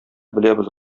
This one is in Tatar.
беләбез